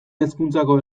hezkuntzako